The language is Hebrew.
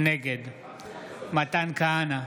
נגד מתן כהנא,